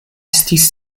estis